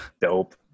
dope